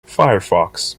firefox